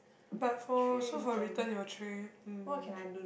but for so for return your tray um